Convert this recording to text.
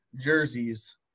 jerseys